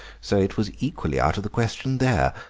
so it was equally out of the question there.